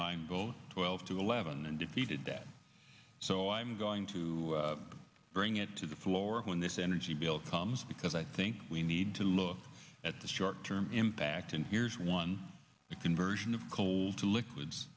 line vote twelve to eleven and defeated that so i'm going to bring it to the floor when this energy bill comes because i think we need to look at the short term impact and here's one the conversion of coal to liquids